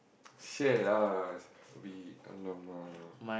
share lah we !alamak!